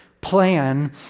plan